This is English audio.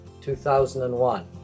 2001